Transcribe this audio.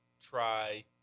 try